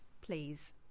Please